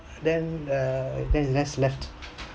then err then the lass left